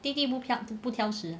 弟弟不挑不挑食 ah